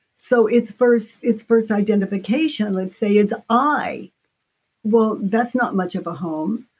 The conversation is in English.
so it's first it's first identification, let's say it's i well, that's not much of a home.